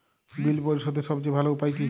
বিল পরিশোধের সবচেয়ে ভালো উপায় কী?